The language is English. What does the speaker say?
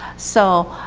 so,